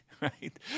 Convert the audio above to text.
right